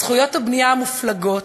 זכויות הבנייה המופלגות